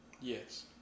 Yes